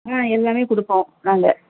ஆ எல்லாமே கொடுப்போம் நாங்கள்